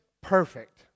perfect